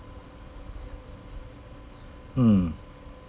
mm